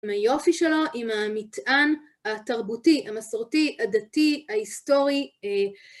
יופי שלו עם המטען התרבותי, המסורתי, הדתי, ההיסטורי.